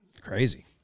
Crazy